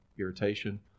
irritation